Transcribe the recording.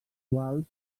quals